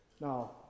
Now